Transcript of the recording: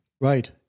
Right